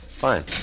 Fine